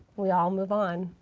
we all move on.